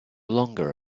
longer